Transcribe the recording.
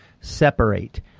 separate